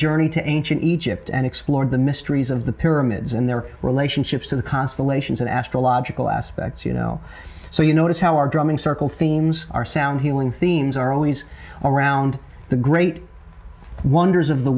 journeyed to ancient egypt and explored the mysteries of the pyramids and their relationships to the constellations and astrological aspects you know so you notice how our drumming circle themes are sound healing themes are always around the great wonders of the